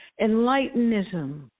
Enlightenism